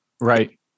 Right